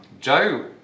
Joe